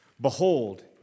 Behold